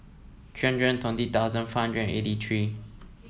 three hundred and twenty thousand five hundred and eighty three